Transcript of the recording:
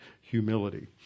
humility